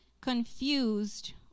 confused